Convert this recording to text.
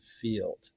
field